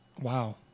Wow